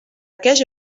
aqueix